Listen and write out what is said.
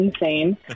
insane